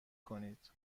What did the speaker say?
کنید